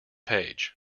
page